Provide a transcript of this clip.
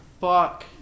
fuck